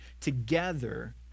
together